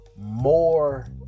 more